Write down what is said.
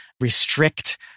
restrict